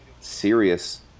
serious